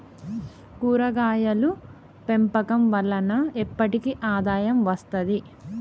కూరగాయలు పెంపకం వలన ఎప్పటికి ఆదాయం వస్తది